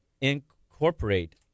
incorporate